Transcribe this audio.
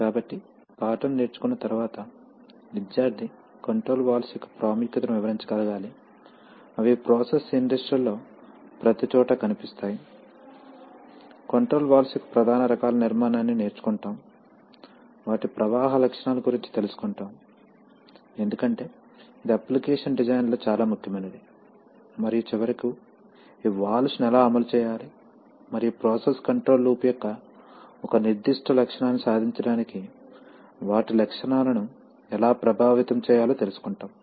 కాబట్టి పాఠం నేర్చుకున్న తరువాత విద్యార్థి కంట్రోల్ వాల్వ్స్ యొక్క ప్రాముఖ్యతను వివరించగలగాలి అవి ప్రాసెస్ ఇండస్ట్రీ లలో ప్రతిచోటా కనిపిస్తాయి కంట్రోల్ వాల్వ్స్ యొక్క ప్రధాన రకాల నిర్మాణాన్ని నేర్చుకుంటాము వాటి ప్రవాహ లక్షణాల గురించి తెలుసుకుంటాము ఎందుకంటే ఇది అప్లికేషన్ డిజైన్ లో చాలా ముఖ్యమైనది మరియు చివరకు ఈ వాల్వ్స్ ను ఎలా అమలు చేయాలి మరియు ప్రాసెస్ కంట్రోల్ లూప్ యొక్క ఒక నిర్దిష్ట లక్షణాన్ని సాధించడానికి వాటి లక్షణాలను ఎలా ప్రభావితం చేయాలో తెలుసుకుంటాము